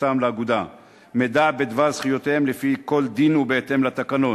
הצטרפותם לאגודה מידע בדבר זכויותיהם לפי כל דין ובהתאם לתקנון,